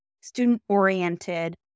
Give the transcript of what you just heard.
student-oriented